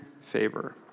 favor